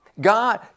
God